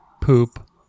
poop